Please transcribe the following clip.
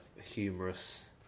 humorous